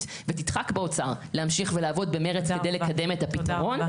ותדחק באוצר להמשיך ולעבוד במרץ כדי לקדם את הפתרון.